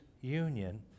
union